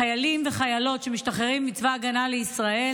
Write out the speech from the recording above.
חיילים וחיילות שמשתחררים מצבא הגנה לישראל,